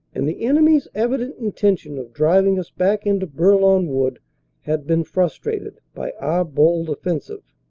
and the enemy's evident inten tion of driving us back into bourlon wood had been frustrated by our bold offensive.